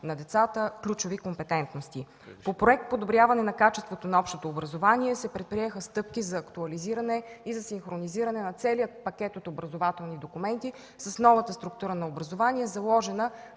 на децата ключови компетентности. По проект „Подобряване на качеството на общото образование” се предприеха стъпки за актуализиране и синхронизиране на целия пакет от образователни документи с новата структура на образование, заложена